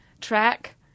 track